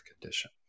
condition